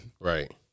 Right